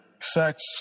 sex